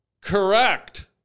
Correct